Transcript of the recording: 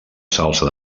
salsa